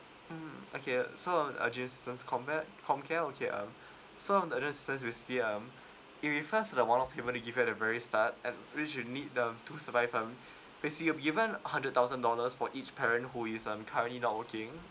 mm okay so I just turn compare comcare okay um so um the assistance is basically um it refers to the one of humanly given at the very start um which you need um to survive um basically you're given a hundred thousand dollars for each parent who is um currently not working